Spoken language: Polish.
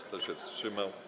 Kto się wstrzymał?